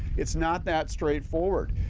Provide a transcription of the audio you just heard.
it's not that straightforward.